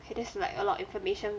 that's like a lot of information